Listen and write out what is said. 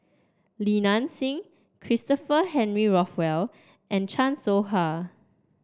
Li Nanxing Christopher Henry Rothwell and Chan Soh Ha